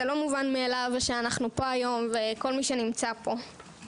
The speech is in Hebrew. זה לא מובן מאליו שאנחנו פה היום וכל מי שנמצא פה.